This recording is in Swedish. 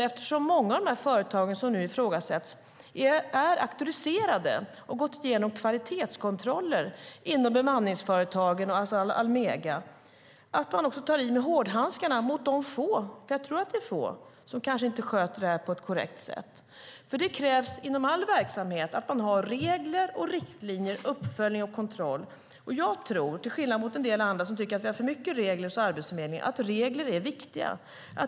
Eftersom många av de företag som nu ifrågasätts är auktoriserade och har gått igenom kvalitetskontroller inom bemanningsföretagen och Almega efterlyser jag också från branschen att man tar i med hårdhandskarna mot de få - för jag tror att det är få - som inte sköter detta på ett korrekt sätt. Det krävs inom all verksamhet att man har regler och riktlinjer, uppföljning och kontroll. Jag tror, till skillnad mot en del andra som tycker att vi har för mycket regler hos Arbetsförmedlingen, att regler är viktiga.